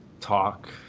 talk